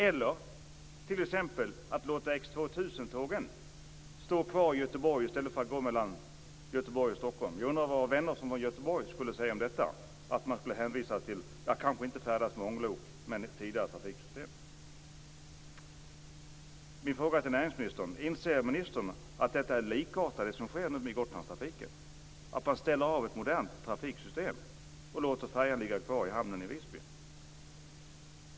Eller t.ex. att låta X2000-tågen stå kvar i Göteborg i stället för att gå mellan Göteborg och Stockholm. Jag undrar vad vänner som bor i Göteborg skulle säga om de skulle hänvisas till att färdas kanske inte med ånglok, men med ett tidigare trafiksystem. Min fråga till näringsministern är: Inser ministern att detta är likartat det som sker med Gotlandstrafiken? Man ställer av ett modernt trafiksystem och låter färjan ligga kvar i hamnen i Visby.